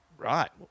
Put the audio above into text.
Right